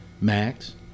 max